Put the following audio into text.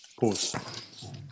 Pause